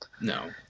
no